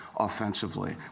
offensively